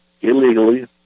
illegally